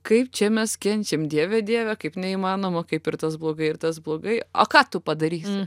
kaip čia mes kenčiam dieve dieve kaip neįmanoma kaip ir tas blogai ir tas blogai o ką tu padarysi